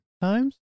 times